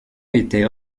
était